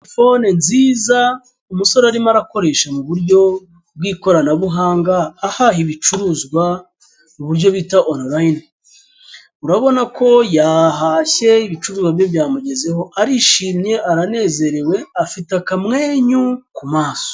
Telefone nziza umusore arimo arakoresha mu buryo bwikoranabuhanga ahaha ibicuruzwa mu buryo bita onorayini urabona ko yahashye ibicuruzwa byamugezeho arishimye aranezerewe afite akamwenyu ku maso.